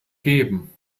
geben